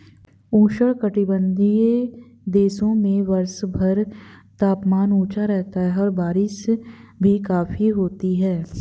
उष्णकटिबंधीय देशों में वर्षभर तापमान ऊंचा रहता है और बारिश भी काफी होती है